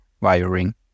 wiring